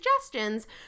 suggestions